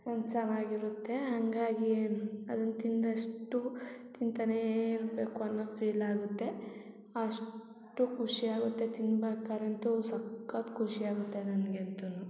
ಅದು ಚೆನ್ನಾಗಿರುತ್ತೆ ಹಂಗಾಗಿ ಅದನ್ನ ತಿಂದಷ್ಟು ತಿಂತಾನೇ ಇರಬೇಕು ಅನ್ನೋ ಫೀಲ್ ಆಗುತ್ತೆ ಅಷ್ಟು ಖುಷಿ ಆಗುತ್ತೆ ತಿನ್ಬೇಕಾರೆ ಅಂತು ಸಕ್ಕತ್ ಖುಷಿ ಆಗುತ್ತೆ ನನಗೆ ಅಂತನು